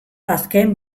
azken